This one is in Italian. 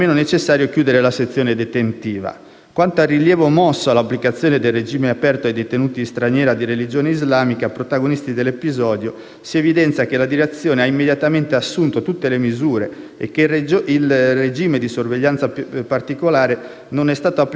Quanto al rilievo mosso all'applicazione del regime aperto ai detenuti stranieri di religione islamica protagonisti dell'episodio, si evidenzia che la direzione ha immediatamente assunto tutte le misure e che il regime di sorveglianza particolare non è stato applicato perché per uno dei detenuti stranieri